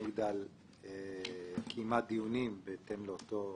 מגדל קיימה דיונים בהתאם לאותה